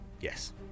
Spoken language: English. yes